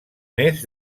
més